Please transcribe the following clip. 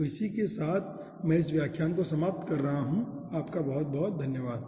तो इसी के साथ मैं इस व्याख्यान को समाप्त कर रहा हूँ धन्यवाद